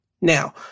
Now